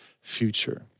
future